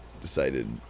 decided